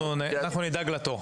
אנחנו נדאג לתור.